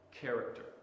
character